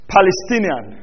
Palestinian